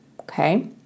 okay